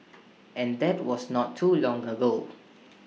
and that was not too long ago